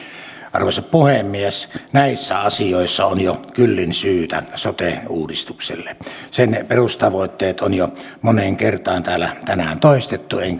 arvoisa puhemies näissä asioissa on jo kyllin syytä sote uudistukselle sen perustavoitteet on jo moneen kertaan täällä tänään toistettu enkä